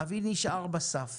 אבי נשאר בסף